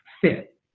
fit